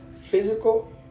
Physical